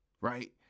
right